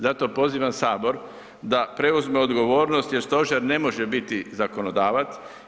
Zato pozivam sabor da preuzme odgovornost jer stožer ne može biti zakonodavac.